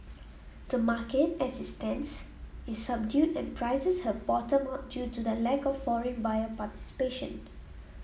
the market as it stands is subdued and prices have bottomed out due to the lack of foreign buyer participation